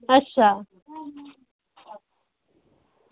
अच्छा